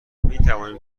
میتوانیم